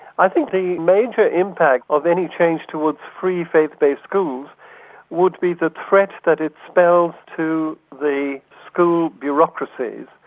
i think the major impact of any change towards free faith-based schools would be the threat that it spells to the school bureaucracies,